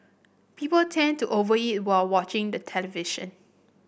people tend to over eat while watching the television